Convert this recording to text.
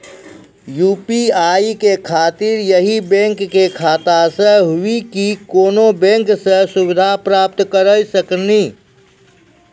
UPI के खातिर यही बैंक के खाता से हुई की कोनो बैंक से सुविधा प्राप्त करऽ सकनी?